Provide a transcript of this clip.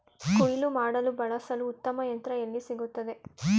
ಕುಯ್ಲು ಮಾಡಲು ಬಳಸಲು ಉತ್ತಮ ಯಂತ್ರ ಎಲ್ಲಿ ಸಿಗುತ್ತದೆ?